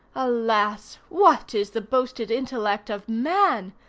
alas! what is the boasted intellect of man?